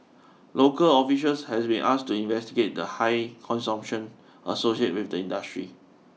local officials have been asked to investigate the high consumption associated with the industry